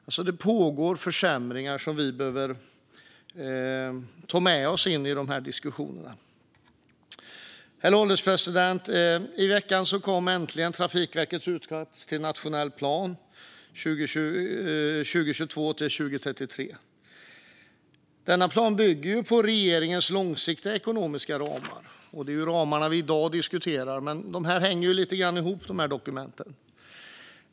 Det pågår alltså försämringar som vi behöver ta med oss i dessa diskussioner. Herr ålderspresident! I veckan kom äntligen Trafikverkets utkast till nationell plan för 2022-2033. Denna plan bygger på regeringens långsiktiga ekonomiska ramar. Det är ramarna vi i dag diskuterar, men dessa dokument hänger ihop lite grann.